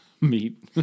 meat